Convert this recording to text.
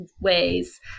ways